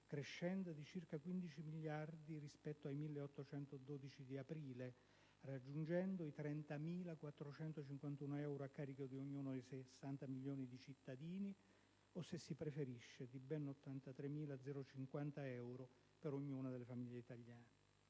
crescendo di circa 15 miliardi rispetto ai 1.812 miliardi di aprile e raggiungendo i 30.451 euro a carico di ognuno dei 60 milioni di cittadini o, se si preferisce, di ben 83.050 euro per ognuna delle famiglie italiane.